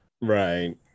right